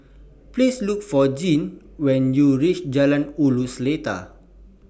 Please Look For Jean when YOU REACH Jalan Ulu Seletar